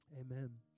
Amen